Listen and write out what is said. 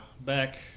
back